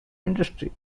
industry